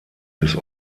des